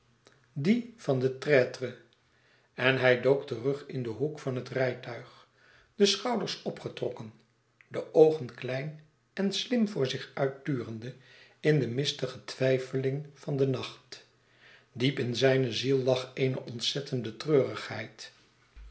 dien van den traitre en hij dook terug in den hoek van het rijtuig de schouders opgetrokken de oogen klein en slim voor zich uitturende in de mistige twijfeling van den nacht diep in zijne ziel lag eene ontzettende treurigheid